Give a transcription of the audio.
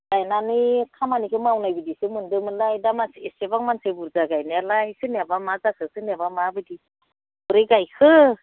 गायनानै खामानिखौ मावनाय बिदिसो मोन्दोंमोनहाय दा एसेबां मानसि बुर्जा गायनायालाय सोरनियाबा मा जाखो सोरनियाबा माबायदि माब्रै गायखो